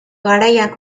garaian